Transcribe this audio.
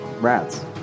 rats